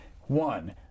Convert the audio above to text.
One